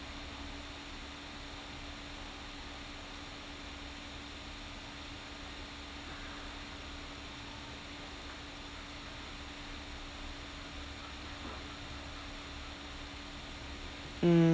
mm